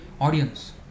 audience